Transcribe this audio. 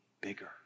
bigger